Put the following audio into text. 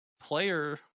player